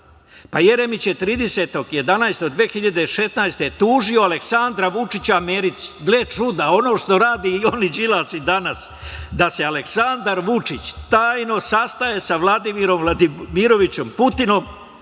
Jeremić je 30.11.2016. godine tužio Aleksandra Vučića Americi, gle čuda, ono što rade on i Đilas i danas, da se Aleksandar Vučić tajno sastaje sa Vladimirom Vladimirovičem Putinom